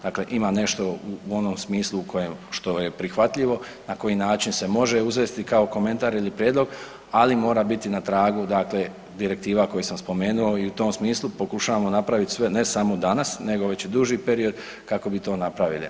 Dakle, ima nešto u onom smislu u kojem što je prihvatljivo na koji način se može uzeti kao komentar ili prijedlog, ali mora biti na tragu dakle direktiva koje sam spomenuo i u tom smislu pokušavamo napraviti sve ne samo danas već i duži period kako bi to napravili.